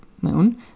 moon